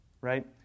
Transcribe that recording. right